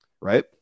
right